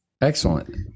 Excellent